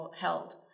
held